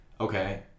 Okay